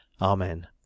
amen